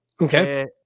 Okay